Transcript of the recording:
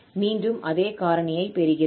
மீண்டும் அதே காரணியை பெறுகிறோம்